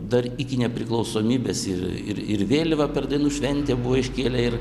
dar iki nepriklausomybės ir ir ir vėliavą per dainų šventę buvo iškėlę ir